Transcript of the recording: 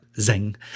Zing